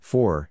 Four